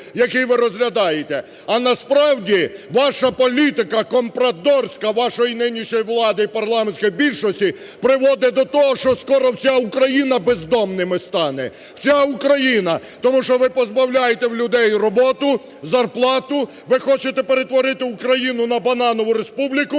який ви розглядаєте. А насправді ваша політика, компрадорська, вашої нинішньої влади і парламентської більшості приводить до того, що скоро вся Україна бездомними стане. Вся Україна! Тому що ви позбавляєте в людей роботи, зарплати. Ви хочете перетворити Україну на бананову республіку,